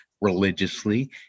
religiously